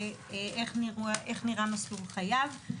ואיך נראה מסלול חייו.